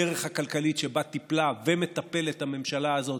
הדרך הכלכלית שבה טיפלה ומטפלת הממשלה הזאת,